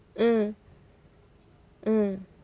mm mm